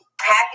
happy